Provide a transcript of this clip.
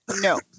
no